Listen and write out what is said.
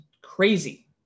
crazy